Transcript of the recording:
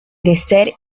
crecer